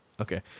Okay